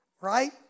right